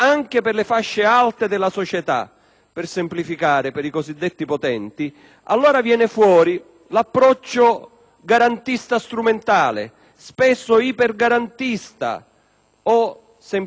per semplificare, i cosiddetti potenti - allora emerge l'approccio garantista-strumentale, spesso ipergarantista o semplicemente strumentalmente garantista.